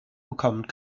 bekommt